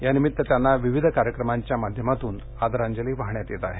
यानिमित्त त्यांना विविध कार्यक्रमांच्या माध्यमातून आदरांजली वाहण्यात येत आहे